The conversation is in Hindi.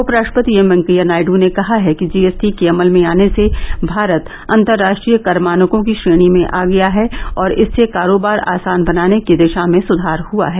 उपराष्ट्रपति एम वेंकैया नायडू ने कहा है कि जीएसटी के अमल में आने से भारत अंतरराष्ट्रीय कर मानकों की श्रेणी में आ गया है और इससे कारोबार आसान बनाने की दिशा में सुधार हुआ है